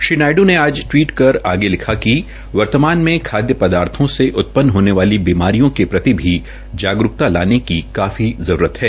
श्री नायड्ड ने आज टवीट कर आगे लिखा कि वर्तमान में खादय पदार्थो से उत्पन होने वाली बीमारियों के प्रति भी जागरूक्ता लाने की काफी जरूरत है